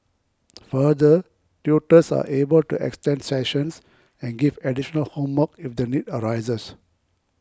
further tutors are able to extend sessions and give additional homework if the need arises